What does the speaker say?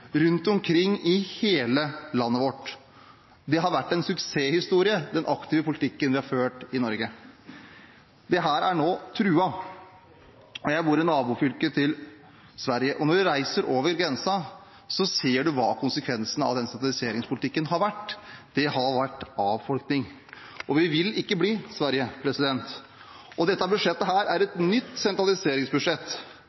rundt omkring i hele landet vårt. Det har vært en suksesshistorie, den aktive politikken vi har ført i Norge. Dette er nå truet. Jeg bor i et nabofylke til Sverige. Når man reiser over grensen, ser man hva konsekvensen av den sentraliseringspolitikken har vært. Det har vært avfolkning. Vi vil ikke bli som Sverige. Dette budsjettet er